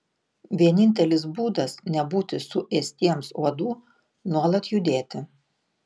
vienintelis būdas nebūti suėstiems uodų nuolat judėti